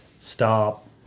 stop